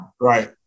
Right